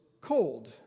cold